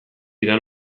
dira